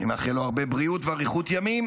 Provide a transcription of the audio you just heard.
אני מאחל לו הרבה בריאות ואריכות ימים.